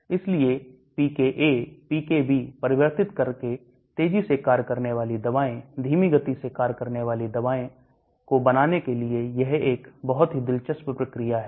इसलिए pKa pKb परिवर्तित करके तेजी से कार्य करने वाली दवाई धीमी गति से कार्य करने वाली दवाई को बनाने के लिए यह एक बहुत ही दिलचस्प प्रक्रिया है